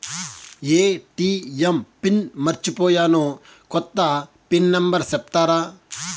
ATM pin మర్చిపోయాను పోయాను, కొత్త పిన్ నెంబర్ సెప్తారా?